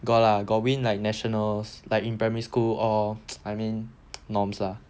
got lah got win like nationals like in primary school lor I mean norms ah